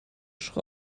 pfusch